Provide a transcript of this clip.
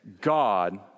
God